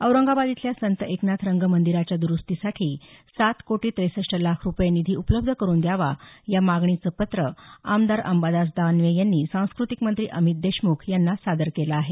औरंगाबाद इथल्या संत एकनाथ रंग मंदिराच्या दरुस्तीसाठी सात कोटी ट्रेसष्ट लाख रुपये निधी उपलब्ध करून द्यावा या मागणीचं पत्र आमदार अंबादास दानवे यांनी सांस्कृतिक मंत्री अमित देशमुख यांना सादर केलं आहे